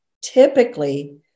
typically